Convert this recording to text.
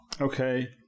Okay